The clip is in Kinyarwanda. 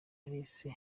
alice